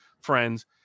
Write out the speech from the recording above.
friends